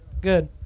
Good